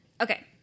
Okay